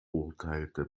urteilte